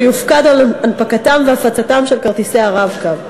יופקד על הנפקתם והפצתם של כרטיסי ה"רב-קו",